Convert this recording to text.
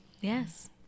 yes